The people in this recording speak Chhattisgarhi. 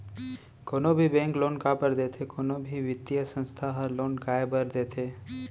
कोनो भी बेंक लोन काबर देथे कोनो भी बित्तीय संस्था ह लोन काय बर देथे?